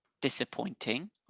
disappointing